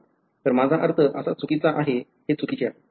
तर माझा अर्थ असा चुकीचा आहे हे चुकीचे आहे